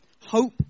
Hope